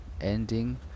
ending